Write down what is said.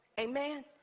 Amen